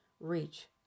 reach